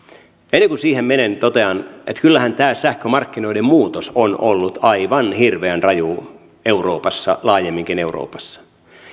ennen kuin siihen menen totean että kyllähän tämä sähkömarkkinoiden muutos on ollut aivan hirveän raju euroopassa laajemminkin euroopassa